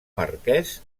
marquès